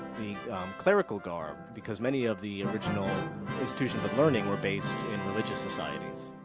the clerical garb, because many of the original institutions of learning were based in religious societies.